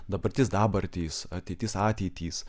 dabartis dabartys ateitis ateitys